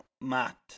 Matt